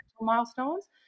milestones